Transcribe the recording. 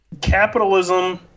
capitalism